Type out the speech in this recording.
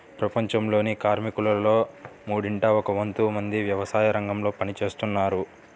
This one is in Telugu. ప్రపంచంలోని కార్మికులలో మూడింట ఒక వంతు మంది వ్యవసాయరంగంలో పని చేస్తున్నారు